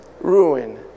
ruin